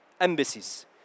embassies